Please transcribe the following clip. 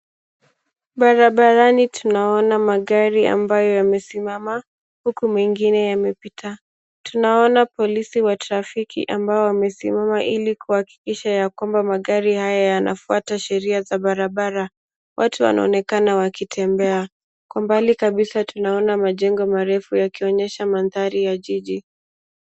Barabarani tunaona magari ambayo yamesimama huku mengine yamepita. Tunaona polisi wa trafiki ambao wamesimama ili kuhakikisha ya kwamba magari haya yanafuata sheria za barabara. Watu wanaonekana wakitembea. Kwa mbali kabisa tunaona majengo marefu yakionyesha mandhari ya jiji.